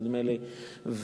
נדמה לי,